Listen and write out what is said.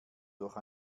durch